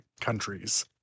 countries